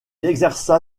exerça